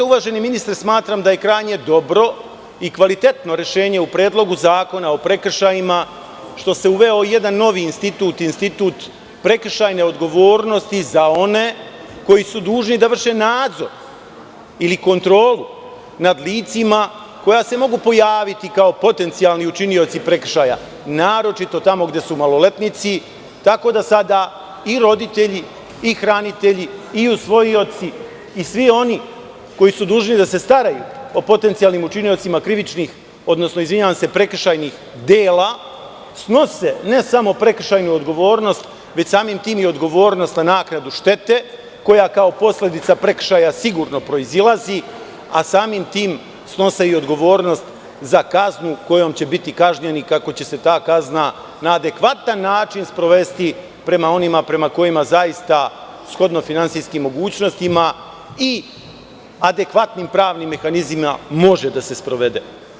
Uvaženi ministre, smatram da je krajnje dobro i kvalitetno rešenje u Predlogu zakona o prekršajima što se uveo jedan novi institut, institutu prekršajne odgovornosti za one koji su dužni da vrše nadzor ili kontrolu nad licima koja se mogu pojaviti kao potencionalni učinioci prekršaja, naročito tamo gde su maloletnici, tako da sada i roditelji, i hranitelji, i usvojioci i svi oni koji su dužni da se staraju o potencionalnim učiniocima prekršajnih dela snose ne samo prekršajnu odgovornost, već samim tim i odgovornost na naknadu štete, koja kao posledica prekršaja sigurno proizilazi, a samim tim snose i odgovornost za kaznu kojom će biti kažnjeni, kako će se ta kazna na adekvatan način sprovesti prema onima prema kojima zaista, shodno finansijskim mogućnostima i adekvatnim pravnim mehanizmima, može da se sprovede.